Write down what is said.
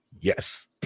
yes